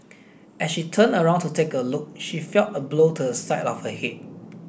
as she turned around to take a look she felt a blow to the side of her head